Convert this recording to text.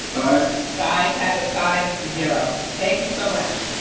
the ayes have it five zero, thank you so much.